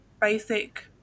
basic